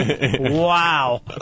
Wow